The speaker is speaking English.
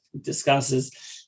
discusses